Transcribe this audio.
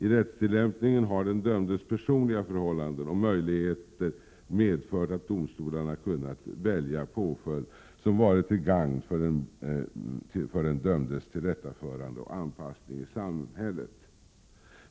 I rättstillämpningen har den dömdes personliga förhållanden och möjligheter medfört att domstolarna kunnat välja påföljd som varit till gagn för den dömdes tillrättaförande och anpassning i samhället.